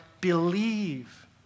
believe